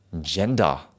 gender